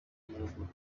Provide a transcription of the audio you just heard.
nyaruguru